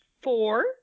four